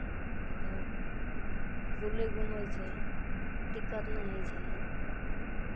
तऽ बूलै घूमै छै दिक्कत नहि होइ छै